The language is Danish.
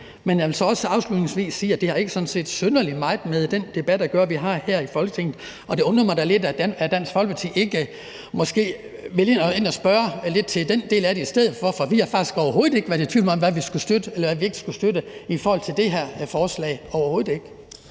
Men jeg vil så også afslutningsvis sige, at det sådan set ikke har synderlig meget at gøre med den debat, vi har her i Folketingssalen, og det undrer mig da lidt, at Dansk Folkeparti ikke vælger måske at spørge lidt til den del af det i stedet for. For vi har faktisk overhovedet ikke været i tvivl om, hvad vi skulle støtte og ikke skulle støtte i forhold til det her forslag. Det har vi overhovedet ikke.